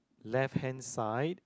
left hand side